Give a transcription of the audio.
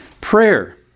prayer